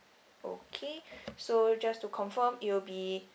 okay so just to confirm it will be